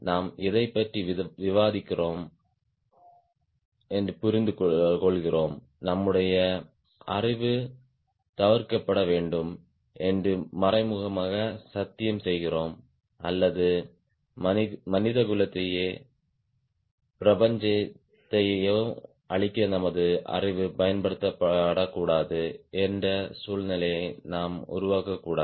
நாம் எதைப் பற்றி விவாதிக்கிறோம் புரிந்துகொள்கிறோம் நம்முடைய அறிவு தவிர்க்கப்பட வேண்டும் என்று மறைமுகமாக சத்தியம் செய்கிறோம் அல்லது மனிதகுலத்தையோ பிரபஞ்சத்தையோ அழிக்க நமது அறிவு பயன்படுத்தப்படக்கூடாது என்ற சூழ்நிலையை நாம் உருவாக்கக்கூடாது